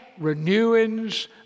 renewings